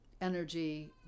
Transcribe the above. energy